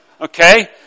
Okay